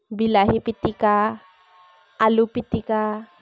বিলাহী পিটিকা আলু পিটিকা